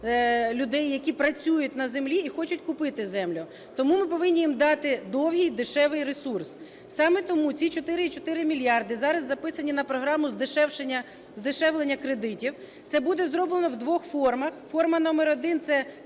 людей, які працюють на землі і хочуть купити землю. Тому ми повинні їм дати довгий дешевий ресурс. Саме тому ці 4,4 мільярда зараз записані на програму здешевлення кредитів. Це буде зроблено в двох формах: форма номер 1 – це